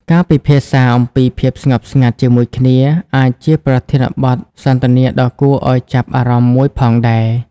ការពិភាក្សាអំពីភាពស្ងប់ស្ងាត់ជាមួយគ្នា អាចជាប្រធានបទសន្ទនាដ៏គួរឱ្យចាប់អារម្មណ៍មួយផងដែរ។